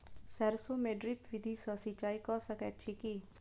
सैरसो मे ड्रिप विधि सँ सिंचाई कऽ सकैत छी की?